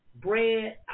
Bread